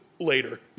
later